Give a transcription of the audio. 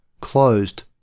closed